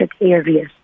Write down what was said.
areas